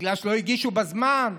בגלל שלא הגישו בזמן,